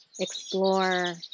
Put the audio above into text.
Explore